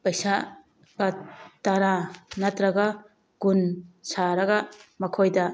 ꯄꯩꯁꯥ ꯂꯨꯄꯥ ꯇꯔꯥ ꯅꯠꯇ꯭ꯔꯒ ꯀꯨꯟ ꯁꯥꯔꯒ ꯃꯈꯣꯏꯗ